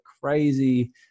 crazy